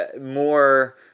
more